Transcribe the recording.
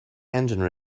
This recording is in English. engine